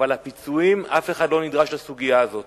אבל הפיצויים, אף אחד לא נדרש לסוגיה הזאת.